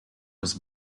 was